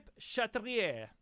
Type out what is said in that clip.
Chatrier